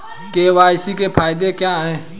KYC के फायदे क्या है?